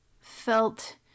felt